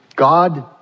God